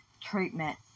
treatment